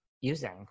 using